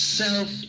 self